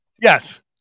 Yes